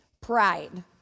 pride